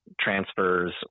transfers